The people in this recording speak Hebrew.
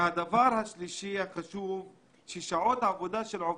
הדבר השלישי החשוב הוא ששעות העבודה של עובדים,